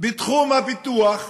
בתחום הפיתוח,